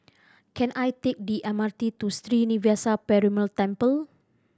can I take the M R T to Sri Srinivasa Perumal Temple